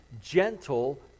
gentle